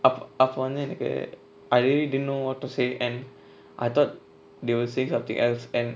அப்போ அப்போ வந்து எனக்கு:appo appo vanthu enaku I really didn't know what to say and I thought they will say something else and